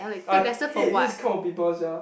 I hate this kind of people sia